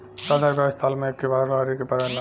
साधारण ब्याज साल मे एक्के बार भरे के पड़ेला